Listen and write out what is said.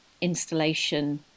installation